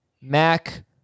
Mac